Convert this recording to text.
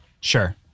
Sure